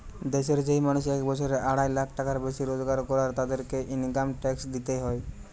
দেশের যেই মানুষ এক বছরে আড়াই লাখ টাকার বেশি রোজগার করের, তাদেরকে ইনকাম ট্যাক্স দিইতে হয়